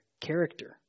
character